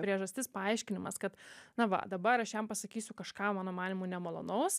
priežastis paaiškinimas kad na va dabar aš jam pasakysiu kažką mano manymu nemalonaus